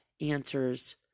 answers